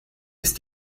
ist